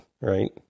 right